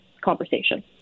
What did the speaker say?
conversation